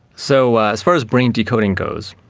so as far as brain decoding goes,